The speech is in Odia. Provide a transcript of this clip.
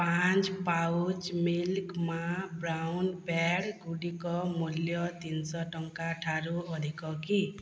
ପାଞ୍ଚ ପାଉଚ୍ ମିଲ୍କ୍ ମା' ବ୍ରାଉନ୍ ପ୍ୟାଡ଼୍ ଗୁଡ଼ିକ ମୂଲ୍ୟ ତିନିଶହ ଟଙ୍କା ଠାରୁ ଅଧିକ କି